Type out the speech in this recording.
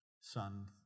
son